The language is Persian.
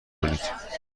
کنید